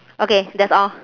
okay that's all